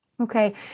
Okay